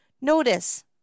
Notice